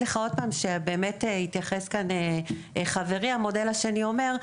לך באמת התייחס כאן חברי המודל השני אומר,